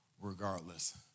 regardless